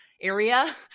area